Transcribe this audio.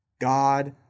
God